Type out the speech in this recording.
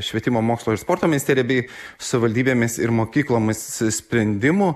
švietimo mokslo ir sporto ministerija bei savivaldybėmis ir mokyklomis sprendimų